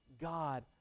God